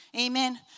Amen